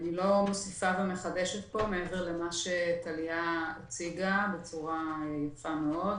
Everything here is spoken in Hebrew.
אני לא מוסיפה ומחדשת פה מעבר למה שטליה הציגה בצורה יפה מאוד,